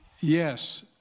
yes